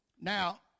Now